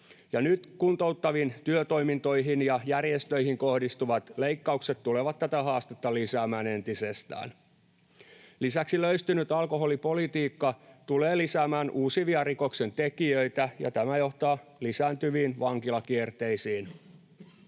Nyt kuntouttaviin työtoimintoihin ja järjestöihin kohdistuvat leikkaukset tulevat tätä haastetta lisäämään entisestään. Lisäksi löystynyt alkoholipolitiikka tulee lisäämään uusivia rikoksentekijöitä, ja tämä johtaa lisääntyviin vankilakierteisiin.